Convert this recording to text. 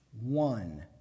one